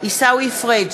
עיסאווי פריג'